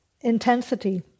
intensity